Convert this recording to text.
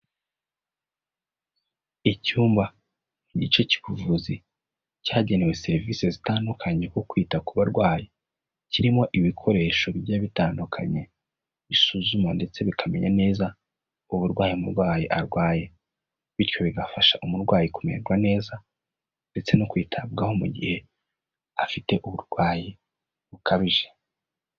Icyumba igice cy'ubuvuzi, cyagenewe serivise zitandukanye ku kwita ku barwayi. Kirimo ibikoresho bigiye bitandukanye, bisuzuma ndetse bikamenya neza, uburwayi umurwayi arwaye. Bityo bigafasha umurwayi kumererwa neza, ndetse no kwitabwaho mu gihe afite uburwayi bukabije.